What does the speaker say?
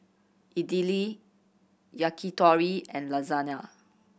Idili Yakitori and Lasagne